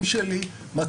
עכשיו,